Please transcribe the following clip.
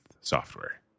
software